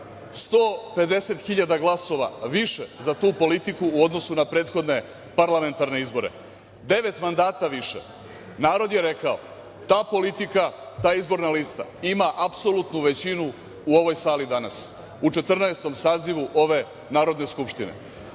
hiljada glasova više za tu politiku u odnosu na prethodne parlamentarne izbore. Devet mandata više. Narod je rekao ta politika, ta izborna lista, ima apsolutnu većinu u ovoj sali danas, u 14. sazivu ove Narodne skupštine.